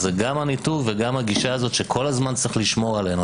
אז זה גם הניתוק וגם הגישה הזאת שכל הזמן צריך לשמור עלינו.